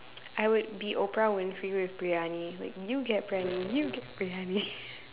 I would be Oprah-Winfrey with Briyani like you get Briyani you get Briyani